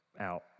out